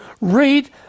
read